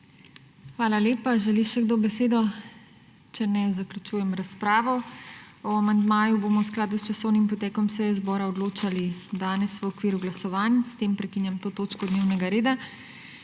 Hvala lepa. Želi še kdo besedo? Če ne, zaključujem razpravo. O amandmaju bomo v skladu s časovnim potekom seje zbora odločali v okviru glasovanj. S tem prekinjam to točko dnevnega reda.